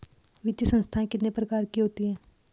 वित्तीय संस्थाएं कितने प्रकार की होती हैं?